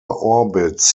orbits